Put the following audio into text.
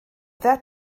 that